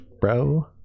bro